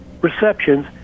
receptions